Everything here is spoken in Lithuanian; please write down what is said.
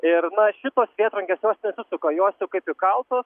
ir na šitos vėtrungės jos nesisuka jos jau kaip įkaltos